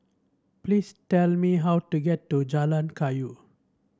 please tell me how to get to Jalan Kayu